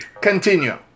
Continue